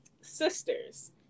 Sisters